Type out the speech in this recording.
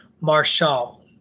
Marshall